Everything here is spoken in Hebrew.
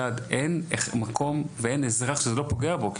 אין מקום ואין אזרח שזה לא פוגע בו.